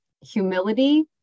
humility